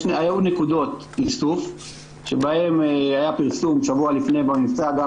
היו נקודות איסוף שבהן היה פרסום שבוע לפני המבצע,